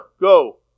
go